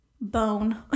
bone